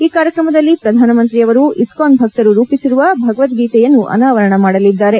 ಈ ಕಾರ್ಯಕ್ರಮದಲ್ಲಿ ಪ್ರಧಾನಮಂತ್ರಿಯವರು ಇಸ್ಕಾನ್ ಭಕ್ತರು ರೂಪಿಸಿರುವ ಭಗವದ್ಗೀತೆಯನ್ನು ಅನಾವರಣ ಮಾಡಲಿದ್ದಾರೆ